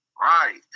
Right